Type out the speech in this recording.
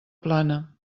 plana